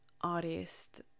artist